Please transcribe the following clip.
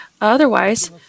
Otherwise